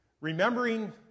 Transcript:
remembering